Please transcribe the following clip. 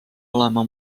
olema